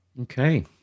Okay